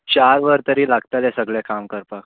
चार वर तरी लागतलें सगळें काम करपाक